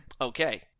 Okay